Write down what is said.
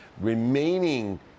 remaining